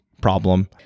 problem